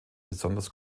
besonders